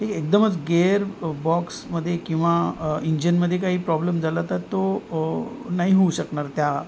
एक एकदमच गेअर बॉक्समध्ये किंवा इंजिनमध्ये काही प्रॉब्लेम झाला तर तो नाही होऊ शकणार त्या